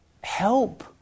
help